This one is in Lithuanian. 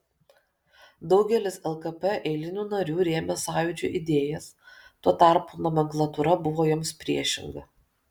daugelis lkp eilinių narių rėmė sąjūdžio idėjas tuo tarpu nomenklatūra buvo joms priešinga